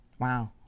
Wow